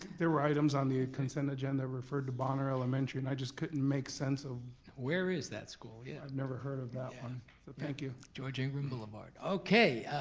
there were items on the consent agenda that referred to bonner elementary, and i just couldn't make sense of where is that school, yeah. i'd never heard of that one, so thank you. george engram boulevard. okay,